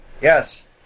Yes